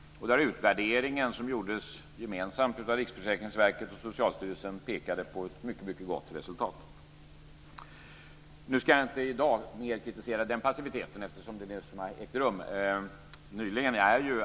Den utvärdering som gjordes gemensamt av Riksförsäkringsverket och Socialstyrelsen pekade på ett mycket gott resultat. Nu ska jag i dag inte mera kritisera den passiviteten, eftersom den rör förfluten tid.